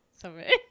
Sorry